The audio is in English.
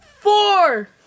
four